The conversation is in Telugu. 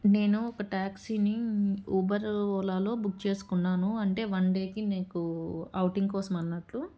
నేను ఒక ట్యాక్సీని ఊబర్ ఓలాలో బుక్ చేసుకున్నాను అంటే వన్ డేకి నీకు ఔటింగ్ కోసం అన్నట్లు